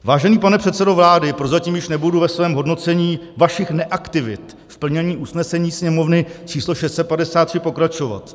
Vážený pane předsedo vlády, prozatím již nebudu ve svém hodnocení vašich neaktivit v plnění usnesení Sněmovny č. 653 pokračovat.